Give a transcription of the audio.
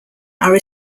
are